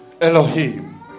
Elohim